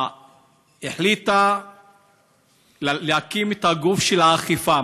היא החליטה להקים את גוף האכיפה.